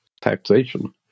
taxation